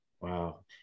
wow